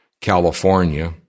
California